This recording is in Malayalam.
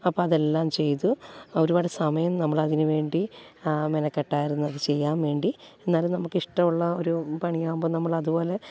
അപ്പം അതെല്ലാം ചെയ്തു ഒരുപാട് സമയം നമ്മളതിനുവേണ്ടി മെനക്കെട്ടായിരുന്നു അതു ചെയ്യാൻ വേണ്ടി എന്നാലും നമുക്കിഷ്ടമുള്ള ഒരു പണിയാകുമ്പോൾ നമ്മളതുപോലെ